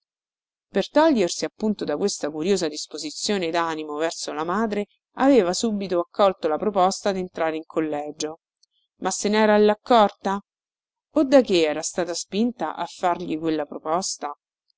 per togliersi appunto da questa curiosa disposizione danimo verso la madre aveva subito accolto la proposta dentrare in collegio ma se nera ella accorta o da che era stata spinta a fargli quella proposta